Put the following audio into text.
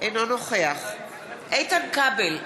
אינו נוכח איתן כבל,